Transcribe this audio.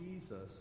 Jesus